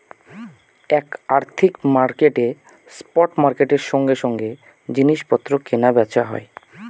এক আর্থিক মার্কেটে স্পট মার্কেটের সঙ্গে সঙ্গে জিনিস পত্র কেনা বেচা হয়